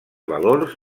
valors